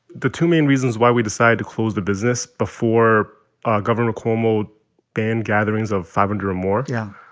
the two main reasons why we decided to close the business before governor cuomo banned gatherings of five hundred or more. yeah.